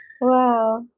Wow